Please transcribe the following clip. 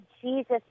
Jesus